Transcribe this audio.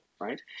right